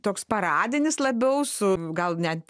toks paradinis labiau su gal net